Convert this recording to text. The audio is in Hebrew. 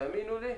תאמינו לי,